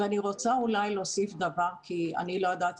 אני רוצה להוסיף דבר כי אני לא יודעת